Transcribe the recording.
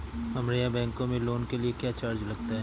हमारे यहाँ बैंकों में लोन के लिए क्या चार्ज लगता है?